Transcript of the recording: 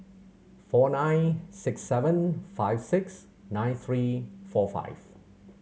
four nine six seven five six nine three four five